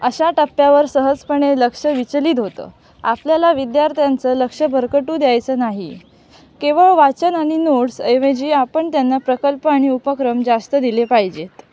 अशा टप्प्यावर सहजपणे लक्ष विचलित होतं आपल्याला विद्यार्थ्यांचं लक्ष भरकटू द्यायचं नाही केवळ वाचन आणि नोट्सऐवजी आपण त्यांना प्रकल्प आणि उपक्रम जास्त दिले पाहिजेत